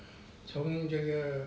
从这个